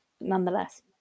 nonetheless